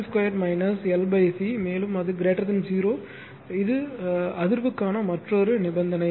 C 2 L C மேலும் அது 0 இது அதிர்வுக்கான மற்றொரு நிபந்தனை